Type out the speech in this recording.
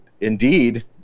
indeed